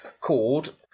called